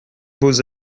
beaux